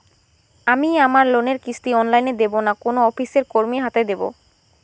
আমি আমার লোনের কিস্তি অনলাইন দেবো না কোনো অফিসের কর্মীর হাতে দেবো?